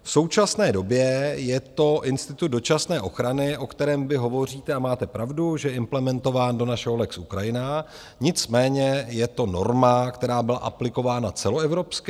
V současné době je to institut dočasné ochrany, o kterém vy hovoříte, a máte pravdu, že je implementován do našeho lex Ukrajina, nicméně je to norma, která byla aplikována celoevropsky.